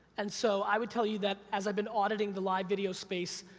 and so, i would tell you that, as i've been auditing the live video space,